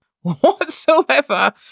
whatsoever